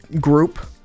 group